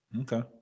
Okay